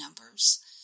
numbers